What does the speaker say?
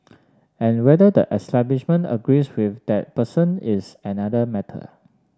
and whether the establishment agrees with that person is another matter